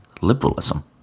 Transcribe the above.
liberalism